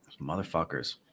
Motherfuckers